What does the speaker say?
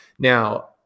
Now